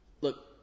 look